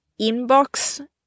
inbox